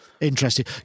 interesting